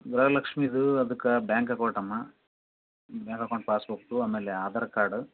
ಗೃಹಲಕ್ಷ್ಮಿದು ಅದ್ಕೆ ಬ್ಯಾಂಕ್ ಅಕೌಂಟಮ್ಮ bank account passbook ಆಮೇಲೆ ಆಧಾರ್ ಕಾರ್ಡು